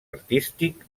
artístic